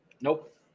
nope